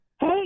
Hey